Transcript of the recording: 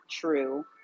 true